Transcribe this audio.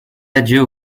adieux